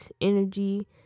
energy